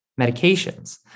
medications